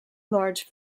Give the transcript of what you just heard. large